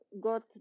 got